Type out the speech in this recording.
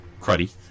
cruddy